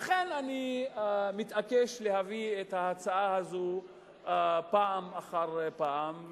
לכן אני מתעקש להביא את ההצעה הזאת פעם אחר פעם,